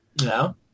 No